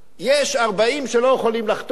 יש 40 שלא יכולים לחתום,